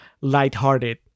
lighthearted